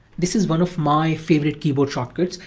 this is one of my favorite keyboard shortcuts,